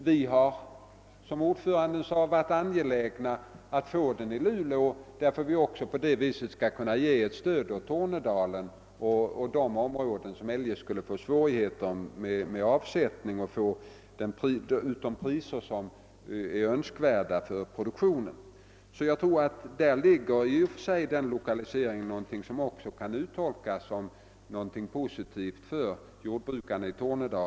Styrelseordföranden framhöll att man varit angelägen att få den förlagd till Luleå för att också kunna ge ett stöd åt Tornedalen och de områden som eljest skulle få svårigheter med avsättningen och med att få ut önskvärda priser för produktionen. Jag tror att det i lokaliseringen till Luleå ligger någonting som också kan uttolkas som positivt för jordbrukarna i Tornedalen.